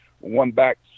one-back